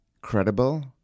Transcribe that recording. credible